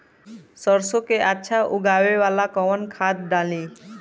सरसो के अच्छा उगावेला कवन खाद्य डाली?